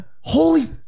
Holy